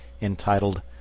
entitled